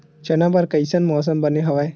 चना बर कइसन मौसम बने हवय?